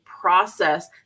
process